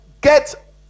get